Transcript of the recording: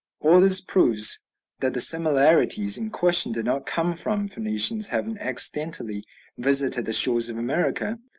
all this proves that the similarities in question did not come from phoenicians having accidentally visited the shores of america,